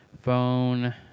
phone